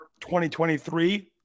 2023